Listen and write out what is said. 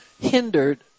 hindered